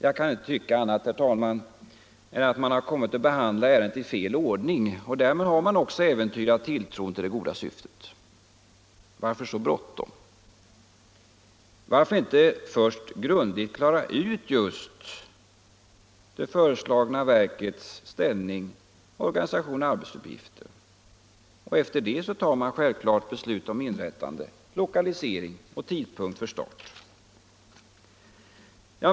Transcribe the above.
Jag kan inte tycka annat, herr talman, än att man har kommit att behandla ärendet i fel ordning och att man därmed också har äventyrat tilltron till det goda syftet. Varför så bråttom? Varför inte först grundligt klara ut det föreslagna verkets ställning, organisation och arbetsuppgifter och därefter besluta om inrättande, lokalisering och tidpunkt för start?